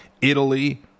Italy